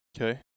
okay